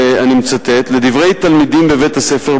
"לדברי תלמידים בבית-הספר,